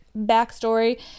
backstory